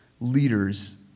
Leaders